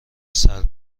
سرم